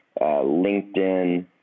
LinkedIn